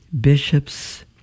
bishops